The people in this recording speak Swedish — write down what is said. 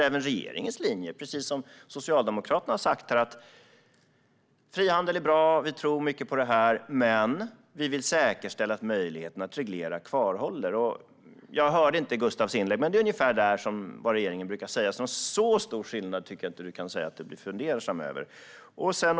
Även regeringens linje är, precis som Socialdemokraterna har sagt här, att frihandel är bra och att vi tror mycket på detta men vill säkerställa att möjligheterna att reglera kvarstår. Jag hörde inte Gustavs inlägg, men det är ungefär vad regeringen brukar säga. Så stor skillnad tycker jag inte att det är att du behöver bli fundersam.